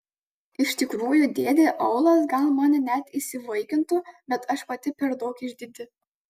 iš tikrųjų dėdė aulas gal mane net įsivaikintų bet aš pati per daug išdidi